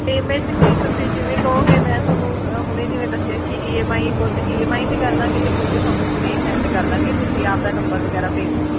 payment ਜੀ ਤੁਸੀਂ ਜਿਵੇਂ ਕਹੋਗੇ ਮੈਂ ਤੁਹਾਨੂੰ ਹੁਣ ਜਿਵੇਂ ਦੱਸਿਆ ਕਿ ਈ ਐਮ ਆਈ ਕੁਝ ਈ ਐਮ ਆਈ 'ਤੇ ਕਰ ਦਾਂਗੇ ਅਤੇ ਕੁਝ ਤੁਹਾਨੂੰ ਹੁਣ ਸੈਂਡ ਕਰ ਦਾਂਗੇ ਤੁਸੀਂ ਆਪਣਾ ਨੰਬਰ ਵਗੈਰਾ ਭੇਜ ਦਿਓ